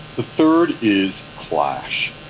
the third is clash.